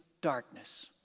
darkness